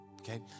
okay